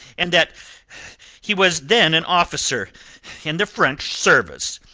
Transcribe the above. and that he was then an officer in the french service.